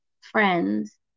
friends